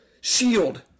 shield